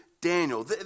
Daniel